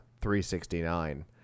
$369